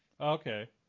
Okay